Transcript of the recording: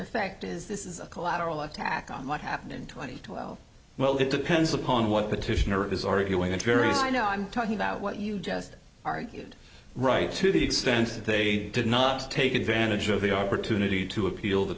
effect is this is a collateral attack on what happened in twenty two well well it depends upon what petitioner is arguing and various i know i'm talking about what you just argued right to the extent that they did not take advantage of the opportunity to appeal the